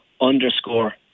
underscore